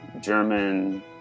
German